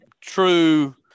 true